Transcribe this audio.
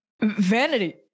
Vanity